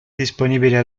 disponibile